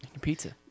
Pizza